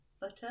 butter